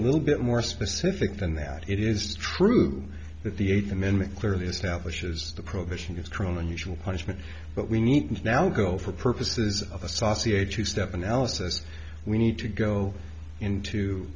little bit more specific than that it is true that the eighth amendment clearly establishes the prohibition has drawn unusual punishment but we need to now go for purposes of a saucy a two step analysis we need to go into